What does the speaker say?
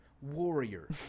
warrior